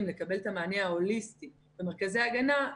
לקבל את המענה ההוליסטי במרכזי ההגנה,